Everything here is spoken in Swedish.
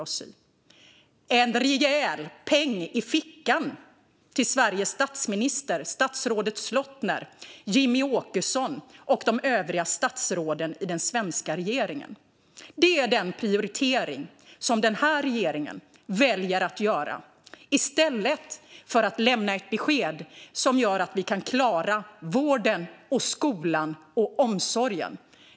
Det blev en rejäl peng i fickan för Sveriges statsminister, för statsrådet Slottner, för Jimmie Åkesson och för de övriga statsråden i den svenska regeringen. Det är den prioritering regeringen väljer att göra i stället för att lämna ett besked som gör att vi kan klara vården, skolan och omsorgen.